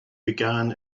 began